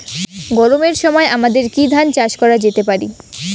গরমের সময় আমাদের কি ধান চাষ করা যেতে পারি?